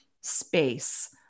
space